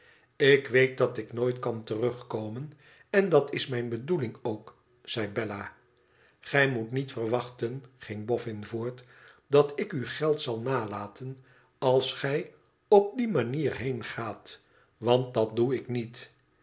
lik weet dat ik nooit kan terugkomen en dat is mijne bedoeling ook zei bella gij moet niet verwachten ging bofün voort t dat ik u geld zal nalaten als gij op die manier heengaat want dat doe ik niet